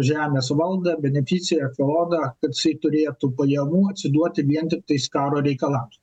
žemės valdą beneficiją feodą kad jisai turėtų pajamų atsiduoti vien tiktais karo reikalams